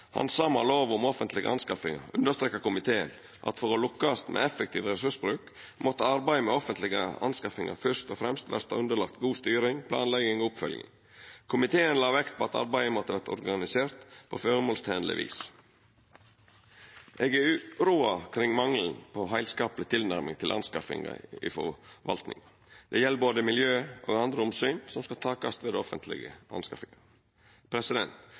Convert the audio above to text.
lov om offentlege anskaffingar, understreka komiteen at for å lukkast med effektiv ressursbruk, måtte arbeidet med offentlege anskaffingar fyrst og fremst verta underlagde god styring, planlegging og oppfølging. Komiteen la vekt på at arbeidet måtte verta organisert på føremålstenleg vis. Eg er uroa over mangelen på heilskapleg tilnærming til anskaffingar i forvaltinga. Det gjeld både miljø og andre omsyn som skal takast ved